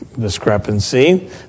discrepancy